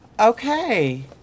Okay